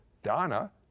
Donna